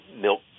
milk